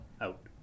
Out